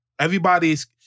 Everybody's